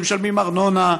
משלמים ארנונה,